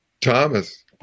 Thomas